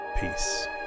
peace